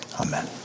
Amen